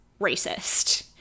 racist